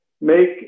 make